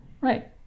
Right